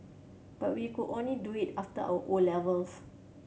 but we could only do it after our O levels